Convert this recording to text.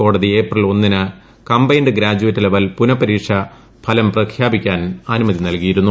കോടതി ഏപ്രിൽ ഒന്നിന് combined graduate level പുനപരീക്ഷ ഫലം പ്രഖ്യാപിക്കാൻ അനുമതി നൽകിയിരുന്നു